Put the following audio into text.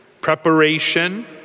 preparation